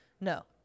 No